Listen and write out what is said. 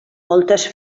moltes